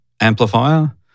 amplifier